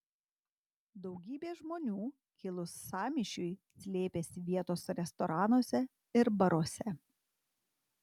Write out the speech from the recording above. daugybė žmonių kilus sąmyšiui slėpėsi vietos restoranuose ir baruose